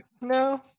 no